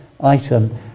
item